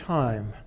time